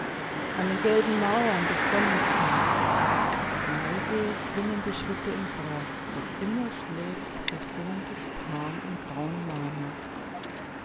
an den gelben mauern des sommers hin leise klingen die schritte im gras doch immer schläft der sohn des pan im grauen